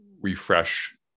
refresh